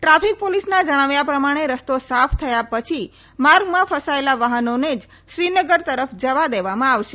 traffic પોલીસના જણાવ્યા પ્રમાણે રસ્તો સાફ થયા પછી માર્ગમાં ફસાયેલા વાહનોને જ શ્રીનગર તરફ જવા દેવામાં આવશે